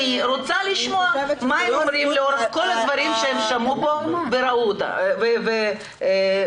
אני רוצה לשמוע מה הם אומרים לאור כל הדברים שהם שמעו פה ומה ההתייחסות.